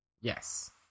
Yes